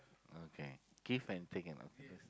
okay give and take and